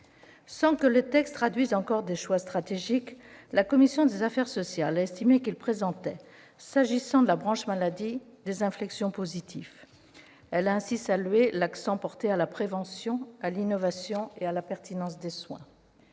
Sans que le texte traduise encore des choix stratégiques, la commission des affaires sociales a estimé qu'il présentait, s'agissant de la branche maladie, des inflexions positives. Elle a ainsi salué l'accent porté sur la prévention, l'innovation et la pertinence des soins.